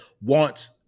wants